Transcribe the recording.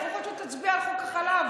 לפחות שתצביע על חוק החלב.